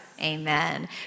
Amen